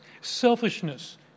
selfishness